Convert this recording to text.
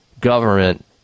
government